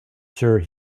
sure